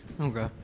Okay